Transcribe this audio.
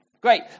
great